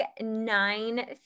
nine